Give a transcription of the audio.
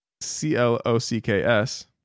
C-L-O-C-K-S